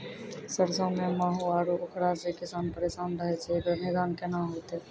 सरसों मे माहू आरु उखरा से किसान परेशान रहैय छैय, इकरो निदान केना होते?